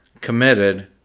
committed